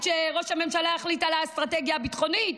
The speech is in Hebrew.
עד שראש הממשלה יחליט על האסטרטגיה הביטחונית.